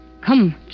come